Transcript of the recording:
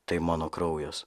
tai mano kraujas